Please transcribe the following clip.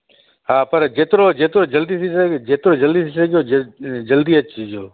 हा पर जेतिरो जेतिरो जल्दी थी सघे जेतिरो जल्दी थी सघे ओ जे जल्दी अचिजो